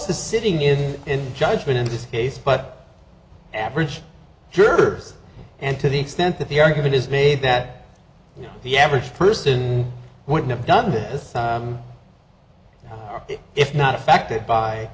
sitting in judgment in this case but average jurors and to the extent that the argument is made that you know the average person wouldn't have done this if not affected by